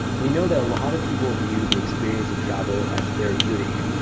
we know that a lot of people view the experience of travel as therapeutic,